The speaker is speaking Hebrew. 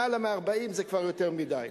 למעלה מ-40 זה כבר יותר מדי.